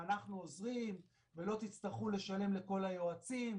ואנחנו עוזרים ולא תצטרכו לשלם לכל היועצים,